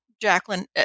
Jacqueline